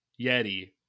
Yeti